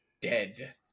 dead